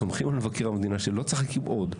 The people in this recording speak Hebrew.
סומכים על מבקר המדינה שלא צריך להקים עוד,